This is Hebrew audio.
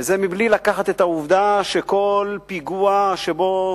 וזה מבלי לקחת את העובדה שכל פיגוע שבו